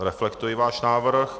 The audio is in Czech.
Reflektuji váš návrh.